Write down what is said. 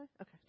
Okay